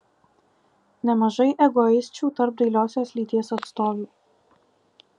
nemažai egoisčių tarp dailiosios lyties atstovių